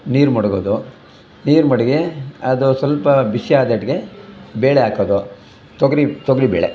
ನೀರು ಮಡಗೋದು ನೀರು ಮಡಗಿ ಅದು ಸ್ವಲ್ಪ ಬಿಸಿಯಾದಟ್ಗೆ ಬೇಳೆ ಹಾಕೋದು ತೊಗರಿ ತೊಗರಿ ಬೇಳೆ